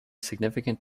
significant